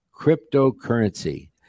cryptocurrency